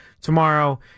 tomorrow